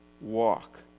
walk